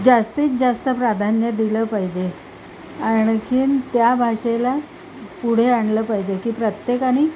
जास्तीत जास्त प्राधान्य दिलं पाहिजे आणखीन त्या भाषेला पुढे आणलं पाहिजे की प्रत्येकानी